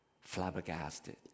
flabbergasted